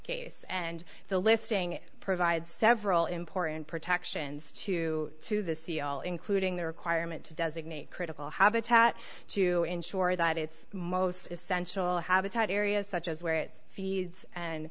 case and the listing provides several important protections to to the c l including the requirement to designate critical habitat to ensure that its most essential habitat areas such as where it feeds and